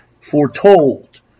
foretold